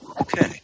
Okay